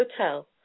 Hotel